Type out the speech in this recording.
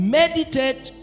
meditate